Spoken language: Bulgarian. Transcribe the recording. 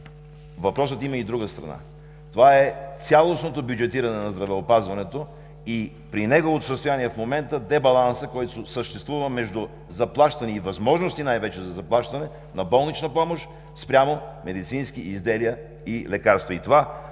въпросът има и друга страна – това е цялостното бюджетиране на здравеопазването при неговото състояние в момента на дебаланс между заплащане и възможности най-вече за заплащане на болнична помощ спрямо медицински изделия и лекарства.